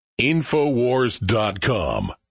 InfoWars.com